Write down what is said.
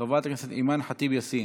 חברת הכנסת סונדוס סאלח,